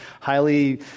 highly